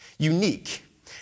Unique